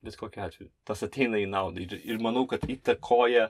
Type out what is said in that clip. bet kokiu atveju tas ateina į naudą ir ir manau kad įtakoja